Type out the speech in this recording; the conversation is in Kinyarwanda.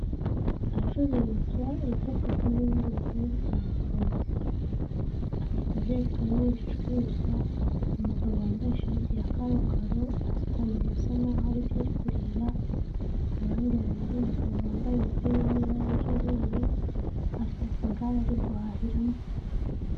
Ahacururizwa ibyo kurya n'ibindi bigiye bitandukanye, akayetajeri karimo ibicuruzwa, umugabo wambaye ishati ya karokaro asutamye bisa naho hari ibyo ari kureba, ku ruhande hari undi mugabo wambaye umupira urimo ibara ry'umweru afite akagare ari guhahiramo.